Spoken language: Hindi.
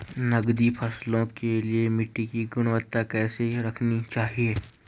नकदी फसलों के लिए मिट्टी की गुणवत्ता कैसी रखनी चाहिए?